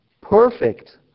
Perfect